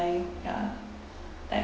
ya that